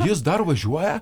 jis dar važiuoja